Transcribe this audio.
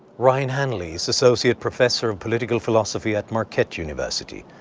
ryan hanley is associate professor of political philosophy at marquette university.